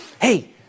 hey